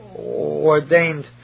ordained